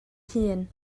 hun